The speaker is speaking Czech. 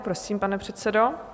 Prosím, pane předsedo.